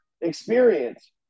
experience